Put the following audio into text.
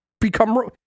become